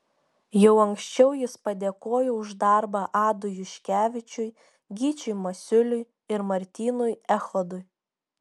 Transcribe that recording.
jau anksčiau jis padėkojo už darbą adui juškevičiui gyčiui masiuliui ir martynui echodui